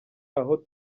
aho